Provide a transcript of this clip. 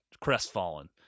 crestfallen